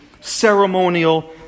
ceremonial